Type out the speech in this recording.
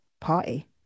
party